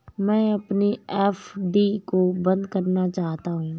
मैं अपनी एफ.डी को बंद करना चाहता हूँ